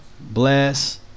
bless